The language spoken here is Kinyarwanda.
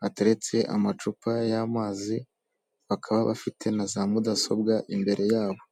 hateretse amacupa y'amazi, bakaba bafite na za mudasobwa imbere yabo.